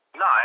no